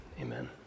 Amen